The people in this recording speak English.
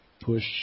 push